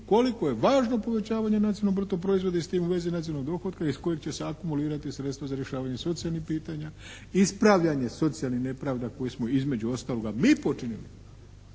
koliko je važno povećavanje nacionalnog bruto proizvoda i s tim u vezi nacionalnog dohotka iz kojeg će se akumulirati sredstva za rješavanje socijalnih pitanja, ispravljanje socijalnih nepravda koje smo između ostaloga mi počinili.